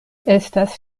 estas